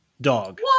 Dog